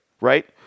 right